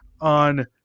on